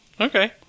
Okay